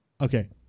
Okay